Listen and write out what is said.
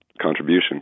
contribution